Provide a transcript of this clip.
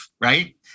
right